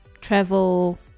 travel